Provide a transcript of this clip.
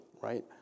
right